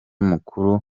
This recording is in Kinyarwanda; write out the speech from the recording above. mukuru